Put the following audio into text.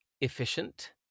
efficient